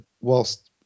whilst